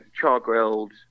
char-grilled